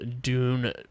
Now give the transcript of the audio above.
dune